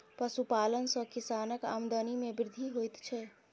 पशुपालन सॅ किसानक आमदनी मे वृद्धि होइत छै